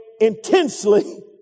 intensely